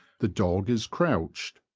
the dog is crouched,